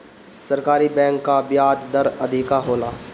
सरकारी बैंक कअ बियाज दर अधिका होला